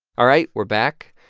ah right, we're back.